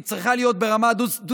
היא צריכה להיות ברמה דו-ספרתית,